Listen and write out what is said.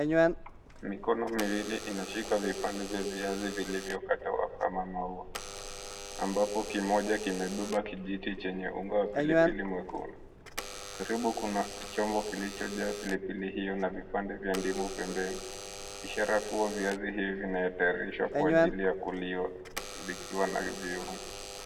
Mikono miwili inashika vipande vya viazi vilivyokatwa kama maua ambapo kimoja kimebeba kijiti chenye unga wa pilipili mwekundu. Karibu kuna chombo kilichojaa pilipili hiyo na vipande vya ndimu pembeni ishara kuwa viazi hivi vinatayarishwa kwa ajili ya kuliwa vikiwa na viungo.